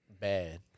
Bad